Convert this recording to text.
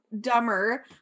dumber